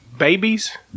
Babies